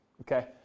okay